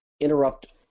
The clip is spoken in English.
interrupt